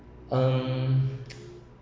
um